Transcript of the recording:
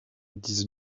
dix